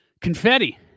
Confetti